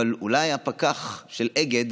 אבל אולי הפקח של אגד